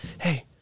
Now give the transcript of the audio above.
hey